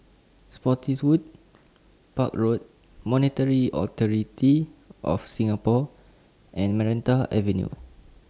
Spottiswoode Park Road Monetary Authority of Singapore and Maranta Avenue